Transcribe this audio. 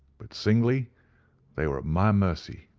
but singly they were at my mercy.